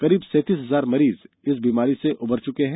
करीब सैतीस हजार मरीज बीमारी से उबर चुके हैं